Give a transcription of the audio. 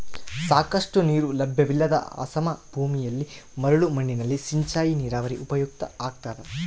ಸಾಕಷ್ಟು ನೀರು ಲಭ್ಯವಿಲ್ಲದ ಅಸಮ ಭೂಮಿಯಲ್ಲಿ ಮರಳು ಮಣ್ಣಿನಲ್ಲಿ ಸಿಂಚಾಯಿ ನೀರಾವರಿ ಉಪಯುಕ್ತ ಆಗ್ತದ